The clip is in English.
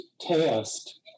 test